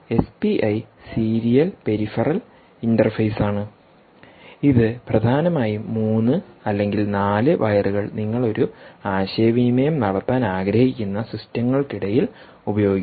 SPI serial peripheral ഇന്റർഫേസാണ് ഇത് പ്രധാനമായും 3 അല്ലെങ്കിൽ 4 വയറുകൾ നിങ്ങൾ ഒരു ആശയവിനിമയം നടത്താൻ ആഗ്രഹിക്കുന്ന സിസ്റ്റങ്ങൾക്കിടയിൽ ഉപയോഗിക്കുന്നു